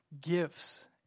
gifts